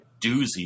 doozy